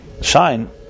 shine